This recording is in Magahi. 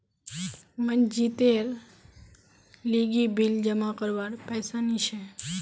मनजीतेर लीगी बिल जमा करवार पैसा नि छी